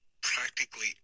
practically